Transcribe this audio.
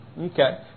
Okay